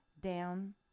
down